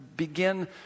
begin